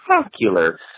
spectacular